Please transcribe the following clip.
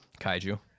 kaiju